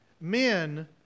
men